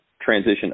transition